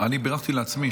בירכתי לעצמי.